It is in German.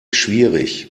schwierig